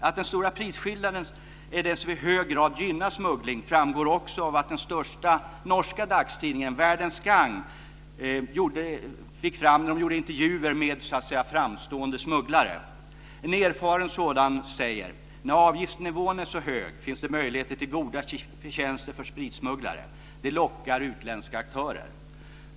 Att den stora prisskillnaden är det som i hög grad gynnar smuggling framgår också av vad den största norska dagstidningen Verldens Gang fick fram när man gjorde intervjuer med "framstående" smugglare. En erfaren sådan säger: När avgiftsnivån är så hög finns det möjligheter till goda förtjänster för spritsmugglare. Det lockar utländska aktörer.